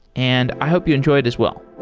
and i hope you enjoy it as well.